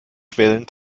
quellen